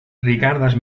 rigardas